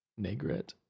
Negret